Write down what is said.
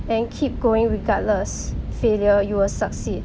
and keep going regardless failure you will succeed